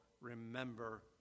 remember